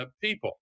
people